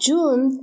June